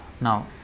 now